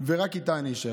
ורק איתה אישאר.